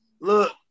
Look